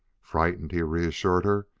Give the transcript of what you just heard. frightened, he reassured her,